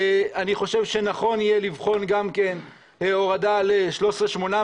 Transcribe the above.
אני חושב שנכון יהיה לבחון גם כן הורדה ל-13,800,